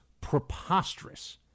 preposterous